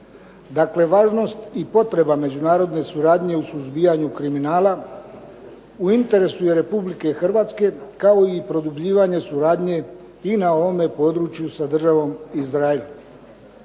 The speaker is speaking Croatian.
Dakle, važnost i potreba međunarodne suradnje u suzbijanju kriminala u interesu je Republike Hrvatske kao i produbljivanje suradnje i na ovome području sa Državom Izrael.